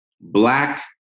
Black